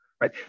right